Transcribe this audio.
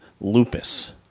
lupus